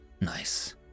nice